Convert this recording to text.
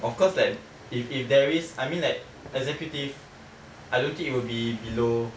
of course like if if there is I mean like executive I don't think it will be below